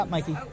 Mikey